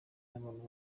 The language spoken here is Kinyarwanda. n’abantu